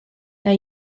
now